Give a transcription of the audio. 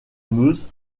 meuse